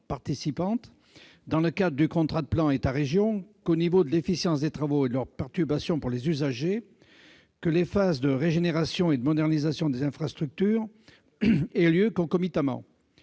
participantes dans le cadre des contrats de plan État-région qu'au niveau de l'efficience des travaux et des perturbations entraînées par ceux-ci pour les usagers, que les phases de régénération et de modernisation des infrastructures aient lieu concomitamment.